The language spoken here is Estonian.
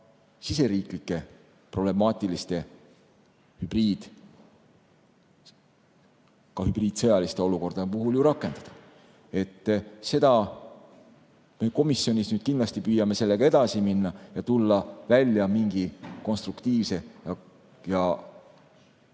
siseriiklike problemaatiliste olukordade, ka hübriidsõja puhul ju rakendada. Me komisjonis kindlasti püüame sellega edasi minna ja tulla välja mingi konstruktiivse ja